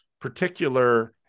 particular